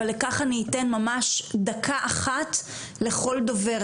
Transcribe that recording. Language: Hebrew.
אבל לכך אני אתן ממש דקה אחת לכל דובר,